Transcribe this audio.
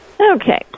Okay